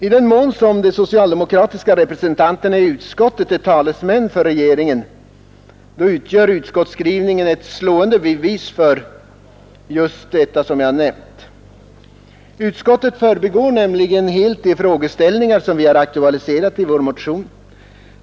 I den mån som de socialdemokratiska representanterna i utskottet är talesmän för regeringen utgör utskottsskrivningen ett slående bevis för just detta förhållande. Utskottet förbigår nämligen helt de frågeställningar vi aktualiserat i vår motion.